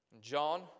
John